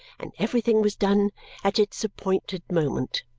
and everything was done at its appointed moment.